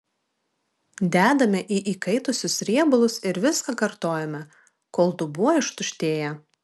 dedame į įkaitusius riebalus ir viską kartojame kol dubuo ištuštėja